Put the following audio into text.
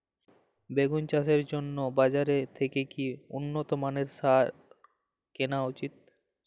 বেগুন চাষের জন্য বাজার থেকে কি উন্নত মানের সার কিনা উচিৎ?